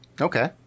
Okay